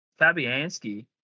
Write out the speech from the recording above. Fabianski